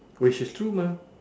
which is true mah